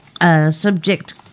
subject